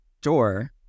door